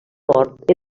mort